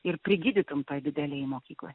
ir prigydytum toj didelėj mokykloj